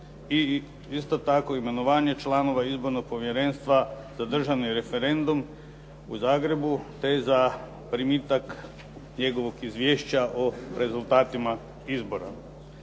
i isto tako imenovanje članova izbornog povjerenstva za državni referendum u Zagrebu te za primitak njegovog izvješća o rezultatima izbora.